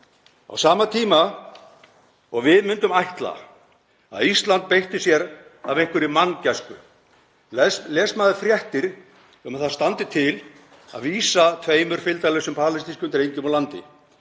Á sama tíma og við myndum ætla að Ísland beitti sér af einhverri manngæsku þá les maður fréttir um að það standi til að vísa tveimur fylgdarlausum palestínskum drengjum úr landi.